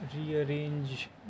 rearrange